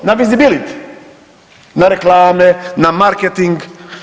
Na visibility, na reklame, na marketing.